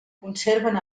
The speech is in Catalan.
conserven